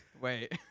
Wait